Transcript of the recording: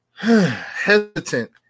hesitant